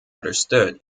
understood